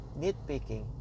nitpicking